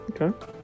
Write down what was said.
Okay